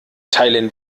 teilen